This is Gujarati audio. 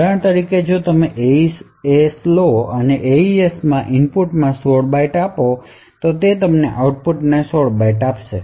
ઉદાહરણ તરીકે જો તમે AES લો અને AES માં ઇનપુટમાં 16 બાઇટ્સ આપો તો તે તમને આઉટપુટના 16 બાઇટ્સ આપશે